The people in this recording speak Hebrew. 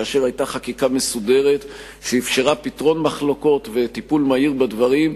שכאשר היתה חקיקה מסודרת שאפשרה פתרון מחלוקות וטיפול מהיר בדברים,